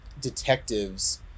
detectives